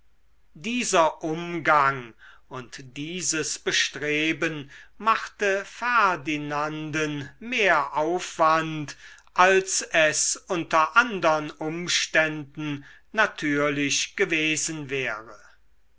dieser umgang und dieses bestreben machte ferdinanden mehr aufwand als es unter andern umständen natürlich gewesen wäre